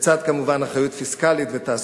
לצד כמובן אחריות פיסקלית ותעסוקה.